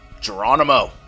Geronimo